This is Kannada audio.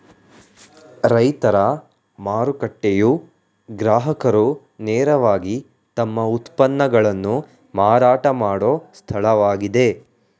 ರೈತರ ಮಾರುಕಟ್ಟೆಯು ಗ್ರಾಹಕರು ನೇರವಾಗಿ ತಮ್ಮ ಉತ್ಪನ್ನಗಳನ್ನು ಮಾರಾಟ ಮಾಡೋ ಸ್ಥಳವಾಗಿದೆ